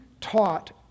taught